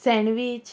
sandwich